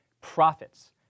profits